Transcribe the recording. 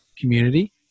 community